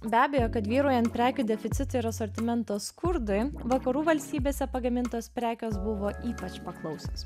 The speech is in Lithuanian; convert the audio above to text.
be abejo kad vyraujant prekių deficitui ir asortimento skurdui vakarų valstybėse pagamintos prekės buvo ypač paklausios